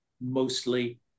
mostly